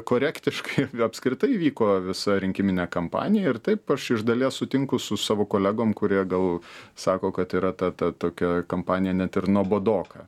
korektiškai apskritai įvyko visa rinkiminė kampanija ir taip aš iš dalies sutinku su savo kolegom kurie gal sako kad yra ta ta tokia kampanija net ir nuobodoka